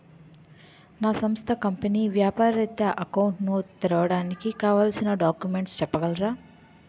నా సంస్థ కంపెనీ వ్యాపార రిత్య అకౌంట్ ను తెరవడానికి కావాల్సిన డాక్యుమెంట్స్ చెప్పగలరా?